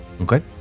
okay